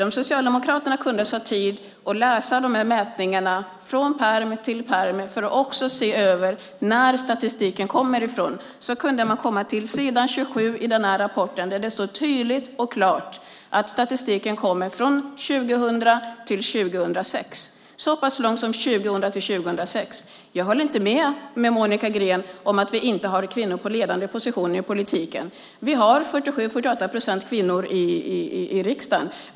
Om Socialdemokraterna kunde ta sig tid att läsa om de här mätningarna från pärm till pärm för att se från vilken tid statistiken kommer skulle de komma till s. 27 i den här rapporten. Där står det tydligt och klart att statistiken kommer från 2000-2006. Det är en så pass lång period. Jag håller inte med Monica Green om att vi inte har kvinnor på ledande positioner i politiken. Vi har 47-48 procent kvinnor i riksdagen.